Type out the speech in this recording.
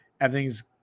everything's